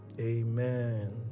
amen